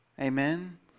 Amen